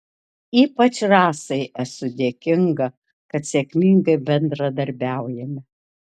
ypač rasai esu dėkinga kad sėkmingai bendradarbiaujame